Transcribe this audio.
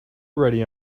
ready